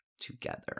together